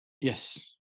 Yes